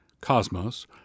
cosmos